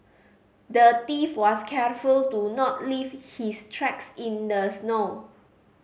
the thief was careful to not leave his tracks in the snow